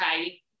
okay